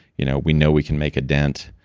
you know we know we can make a dent.